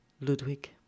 Ludwig